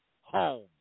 home